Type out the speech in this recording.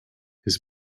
his